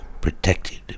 protected